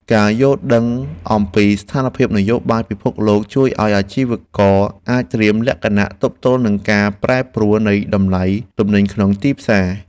ការយល់ដឹងអំពីស្ថានភាពនយោបាយពិភពលោកជួយឱ្យអាជីវករអាចត្រៀមលក្ខណៈទប់ទល់នឹងការប្រែប្រួលនៃតម្លៃទំនិញក្នុងទីផ្សារ។